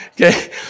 okay